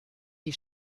die